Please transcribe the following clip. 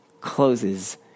closes